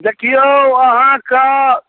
देखियौ अहाँके